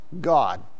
God